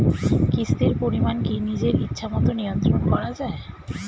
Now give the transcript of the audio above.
কিস্তির পরিমাণ কি নিজের ইচ্ছামত নিয়ন্ত্রণ করা যায়?